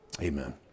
amen